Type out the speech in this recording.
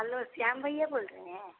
hello Shyam भैया बोल रहें हैं